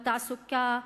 בתעסוקה,